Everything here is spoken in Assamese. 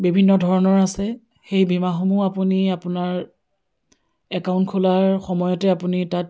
বিভিন্ন ধৰণৰ আছে সেই বীমাসমূহ আপুনি আপোনাৰ একাউণ্ট খোলাৰ সময়তে আপুনি তাত